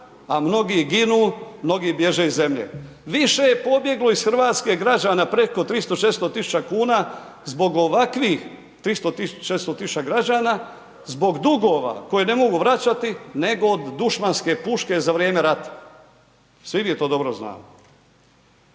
a mnogi ginu, mnogi bježe iz zemlje. Više je pobjeglo iz RH građana preko 300-400 000 građana zbog dugova koje ne mogu vraćati, nego od dušmanske puške za vrijeme rata, svi mi to dobro znamo.